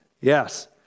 Yes